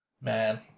Man